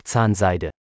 Zahnseide